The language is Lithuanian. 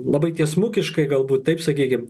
labai tiesmukiškai galbūt taip sakykim